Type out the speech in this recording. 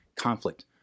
conflict